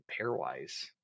pairwise